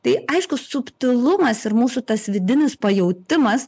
tai aišku subtilumas ir mūsų tas vidinis pajautimas